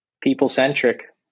People-centric